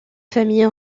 familles